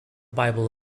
bible